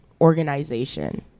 organization